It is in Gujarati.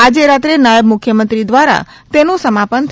આજે રાત્રે નાયબ મુખ્યમંત્રી દ્વારા તેનું સમાપન થશે